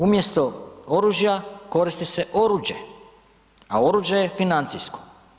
Umjesto oružja, koristi se oruđe a oruđe je financijsko.